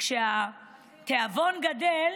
כשהתיאבון גדל,